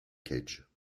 cage